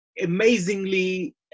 amazingly